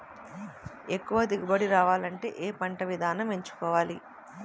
ఎక్కువ దిగుబడి రావాలంటే ఏ పంట విధానం ఎంచుకోవాలి?